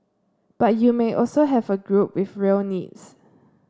but you may also have a group with real needs